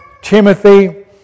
Timothy